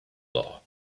law